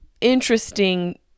interesting